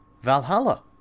Valhalla